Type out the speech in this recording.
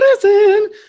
prison